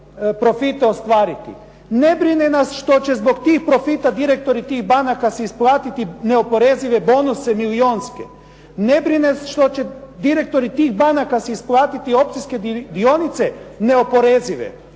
profite ostvariti, ne brine nas što će zbog tog profita direktori tih banaka si isplatiti neoporezive bonuse milijunske, ne brine nas što će direktori tih banaka isplatiti opcijske dionice neoporezive,